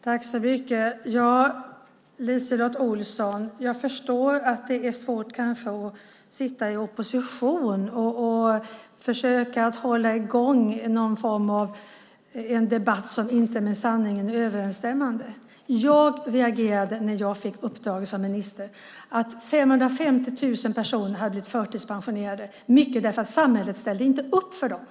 Herr talman! Jag förstår att det kanske är svårt att sitta i opposition och försöka hålla i gång en debatt som inte är med sanningen överensstämmande, LiseLotte Olsson. När jag fick uppdraget som minister reagerade jag över att 550 000 personer hade blivit förtidspensionerade, mycket därför att samhället inte ställde upp för dem.